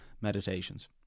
Meditations